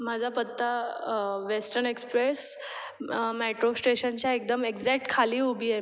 माझा पत्ता Western Express metro स्टेशनच्या एकदम एक्झॅक्ट खाली उभी आहे मी